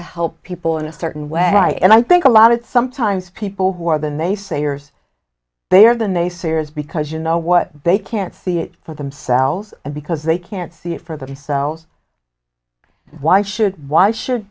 to help people in a certain way and i think a lot of sometimes people who are than they say are they are the naysayers because you know what they can't see it for themselves because they can't see it for themselves why should why should